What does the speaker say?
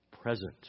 present